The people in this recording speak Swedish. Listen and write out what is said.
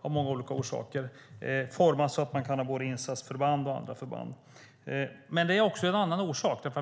av många olika orsaker vill ha ett värnpliktsförsvar format så att man kan ha både insatsförband och andra förband. Men det finns också en annan orsak.